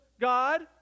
God